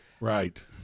right